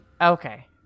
Okay